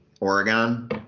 Oregon